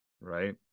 Right